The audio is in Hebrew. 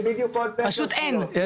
פשוט אין,